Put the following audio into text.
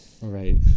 Right